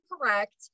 correct